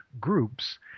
groups